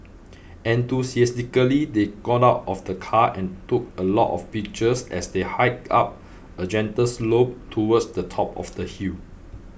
enthusiastically they got out of the car and took a lot of pictures as they hiked up a gentle slope towards the top of the hill